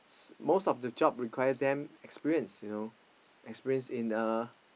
most of the job require them experience you know experience in uh